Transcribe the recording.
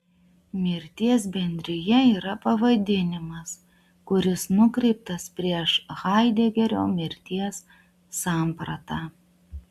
mirties bendrija yra pavadinimas kuris nukreiptas prieš haidegerio mirties sampratą